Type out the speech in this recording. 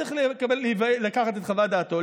צריך לקחת את חוות דעתו,